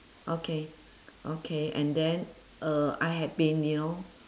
okay okay and then uh I had been you know